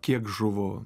kiek žuvo